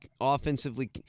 offensively